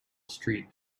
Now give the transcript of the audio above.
street